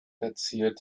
verziert